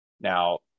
Now